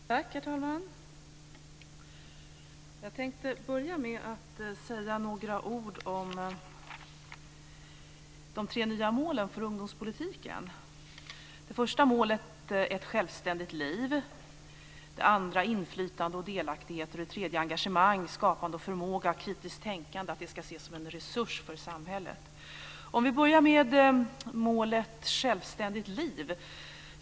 Herr talman! Jag tänkte börja med att säga några ord om de tre nya målen för ungdomspolitiken. Det första målet handlar om ett självständigt liv. Det andra handlar om inflytande och delaktighet. Det tredje handlar om engagemang, skapande förmåga och kritiskt tänkande och att det ska ses som en resurs för samhället. Vi kan börja med målet om ett självständigt liv.